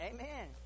Amen